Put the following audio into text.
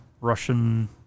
Russian